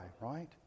right